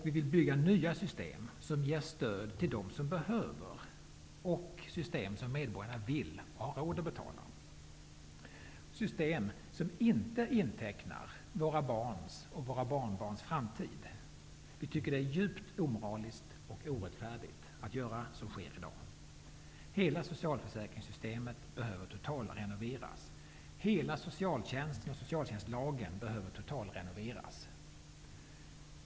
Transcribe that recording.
Vi vill bygga nya system som ger stöd till dem som behöver dem, system som medborgarna vill och har råd att betala, system som inte intecknar våra barns och våra barnbarns framtid. Vi tycker att det är djupt omoraliskt och orättfärdigt att göra så som sker i dag. Hela social försäkringssystemet behöver totalrenoveras. Hela socialtjänsten och socialtjänstlagen behöver totalrenoveras.